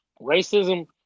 Racism